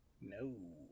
No